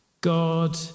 God